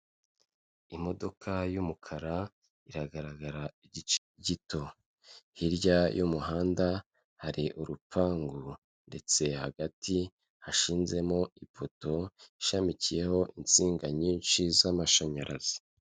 Imodoka y'umukara iragaragara igice gito, hirya y'umuhanda hari urupangu ndetse hagati hashizemo ipoto ishamikiyeho insinga nyinshi z'amashanyarazi.